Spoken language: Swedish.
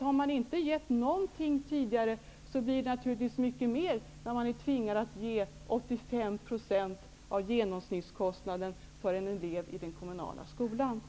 Har man inte gett någonting tidigare blir det naturligtvis mycket mer när man tvingas att ge 85 % av genomsnittskostnaden för en elev i den kommunala skolan.